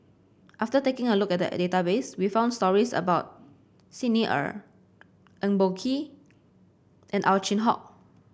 after taking a look at the a database we found stories about Xi Ni Er Eng Boh Kee and Ow Chin Hock